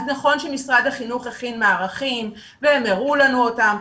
אז נכון שמשרד החינוך הכין מערכים והם הראו לנו אותם,